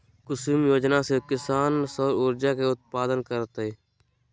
कुसुम योजना से किसान सौर ऊर्जा के उत्पादन करतय